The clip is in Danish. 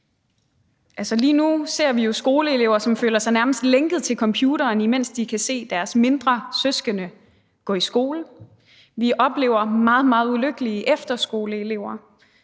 lige nu ser vi jo skoleelever, som nærmest føler sig lænket til computeren, imens de kan se deres mindre søskende gå i skole. Vi oplever meget, meget ulykkelige efterskoleelever